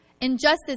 Injustice